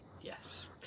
yes